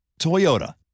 Toyota